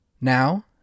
Now